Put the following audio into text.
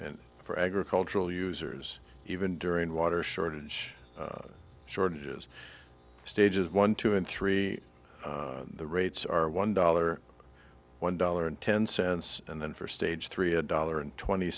and for agricultural users even during water shortage shortages stages one two and three the rates are one dollar one dollar and ten cents and then for stage three a dollar and twenty